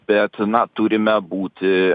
bet na turime būti